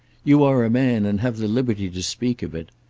you are a man, and have the liberty to speak of it.